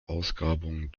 ausgrabungen